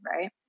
right